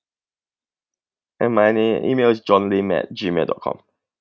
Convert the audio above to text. and my name email is john lim at gmail dot com